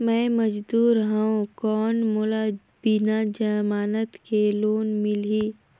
मे मजदूर हवं कौन मोला बिना जमानत के लोन मिलही?